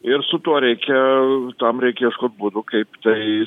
ir su tuo reikia tam reikės kad būtų kaip tai